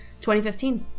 2015